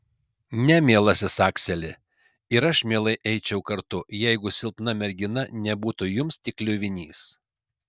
ne mielasis akseli ir aš mielai eičiau kartu jeigu silpna mergina nebūtų jums tik kliuvinys